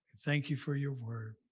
thank you for your word.